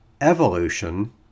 evolution